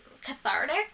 cathartic